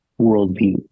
worldview